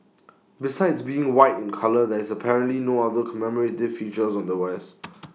besides being white in colour there is apparently no other commemorative features on the wares